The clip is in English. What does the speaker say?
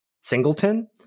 singleton